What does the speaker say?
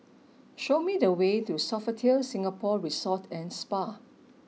show me the way to Sofitel Singapore Resort and Spa